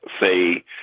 say